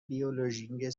بیولوژیکی